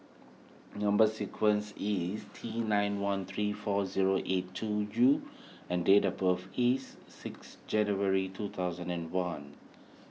Number Sequence is T nine one three four zero eight two U and date of birth is sixth January two thousand and one